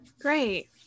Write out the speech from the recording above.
Great